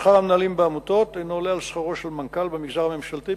שכר המנהלים בעמותות אינו עולה על שכרו של מנכ"ל במגזר הממשלתי,